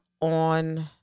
on